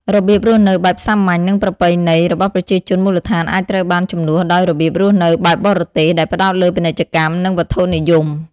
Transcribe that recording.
របៀបរស់នៅបែបសាមញ្ញ និងប្រពៃណីរបស់ប្រជាជនមូលដ្ឋានអាចត្រូវបានជំនួសដោយរបៀបរស់នៅបែបបរទេស ដែលផ្តោតលើពាណិជ្ជកម្ម និងវត្ថុនិយម។